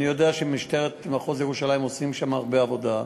אני יודע שמשטרת מחוז ירושלים עושה שם הרבה עבודה.